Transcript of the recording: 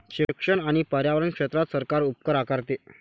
शिक्षण आणि पर्यावरण क्षेत्रात सरकार उपकर आकारते